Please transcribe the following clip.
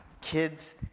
kids